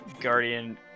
guardian